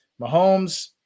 Mahomes